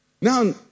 now